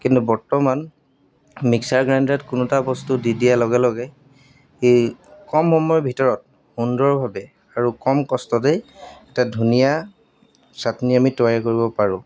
কিন্তু বৰ্তমান মিক্সাৰ গ্ৰাইণ্ডাৰত কোনো এটা বস্তু দি দিয়াৰ লগে লগে এই কম সময়ৰ ভিতৰত সুন্দৰভাৱে আৰু কম কষ্টতেই এটা ধুনীয়া চাটনি আমি তৈয়াৰ কৰিব পাৰোঁ